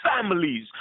families